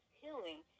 healing